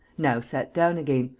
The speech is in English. now sat down again,